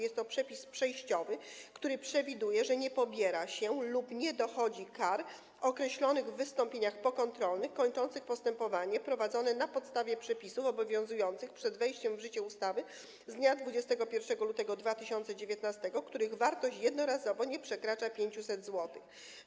Jest to przepis przejściowy, który przewiduje, że nie pobiera się lub nie dochodzi kar określonych w wystąpieniach pokontrolnych kończących postępowanie prowadzone na podstawie przepisów obowiązujących przed wejściem w życie ustawy z dnia 21 lutego 2019 r., których wartość jednorazowo nie przekracza 500 zł.